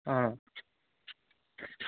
অঁ